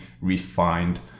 refined